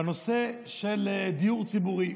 בנושא של דיור ציבורי.